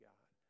God